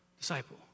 Disciple